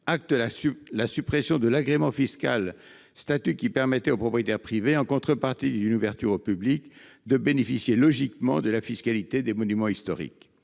acte la suppression de l’agrément fiscal, statut qui permettait en toute logique au propriétaire privé, en contrepartie d’une ouverture au public, de bénéficier de la fiscalité des monuments historiques